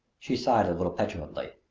she sighed a little petulantly.